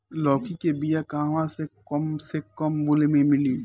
लौकी के बिया कहवा से कम से कम मूल्य मे मिली?